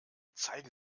zeigen